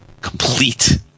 complete